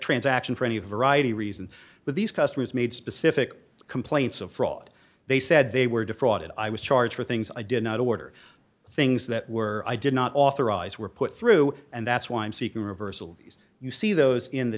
transaction for any variety reasons but these customers made specific complaints of fraud they said they were defrauded i was charged for things i did not order things that were i did not authorize were put through and that's why i'm seeking reversal you see